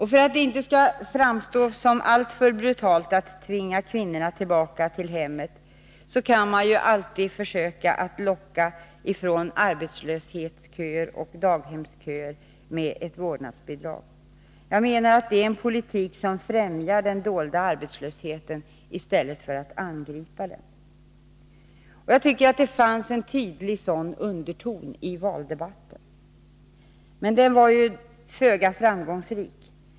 För att det inte skall framstå som alltför brutalt att tvinga kvinnorna tillbaka till hemmet kan man ju alltid försöka locka dem från arbetslöshetsköer och daghemsköer med ett vårdnadsbidrag. Jag menar att det är en politik som främjar den dolda arbetslösheten i stället för att angripa den. Jag tycker att det fanns en tydlig sådan underton i valdebatten. Det var dock föga framgångsrikt.